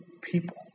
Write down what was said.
people